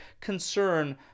concern